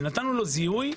זיהוי.